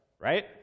Right